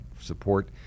support